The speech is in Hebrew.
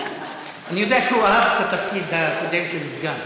אני יודע שהוא אהב את התפקיד הקודם, של הסגן.